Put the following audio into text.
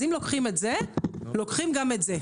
אז אם לוקחים את זה לוקחים גם את זה.